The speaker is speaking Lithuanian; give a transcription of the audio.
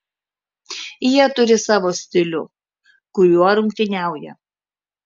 jie turi savo stilių kuriuo rungtyniauja